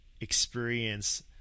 experience